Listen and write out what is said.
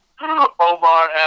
Omar